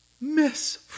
miss